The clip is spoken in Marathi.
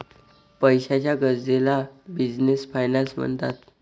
पैशाच्या गरजेला बिझनेस फायनान्स म्हणतात